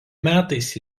metais